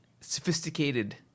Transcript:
sophisticated